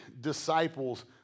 disciples